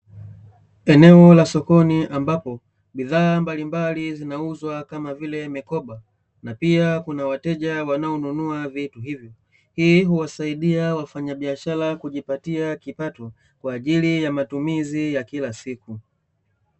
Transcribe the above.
Eneo la sokoni ambapo bidhaa mbalimbali zinauzwa kama vile mikoba, na pia kuna wateja wanaonunua vitu hivyo. Hii huwasaidia wafanyabiashara kujipatia kipato kwa ajili ya matumizi ya kila siku.